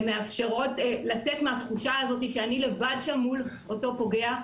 הן מאפשרות לצאת מהתחושה הזאת שהאישה לבד שם מול אותו פוגע.